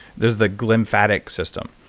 there's the glymphatic system.